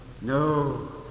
no